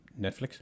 Netflix